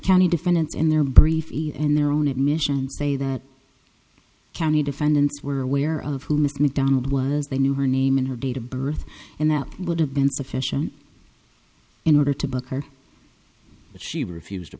county defendants in their brief and their own admission say that county defendants were aware of who miss mcdonald was they knew her name and her date of birth and that would have been sufficient in order to book her but she refused to